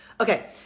Okay